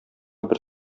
бер